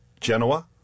Genoa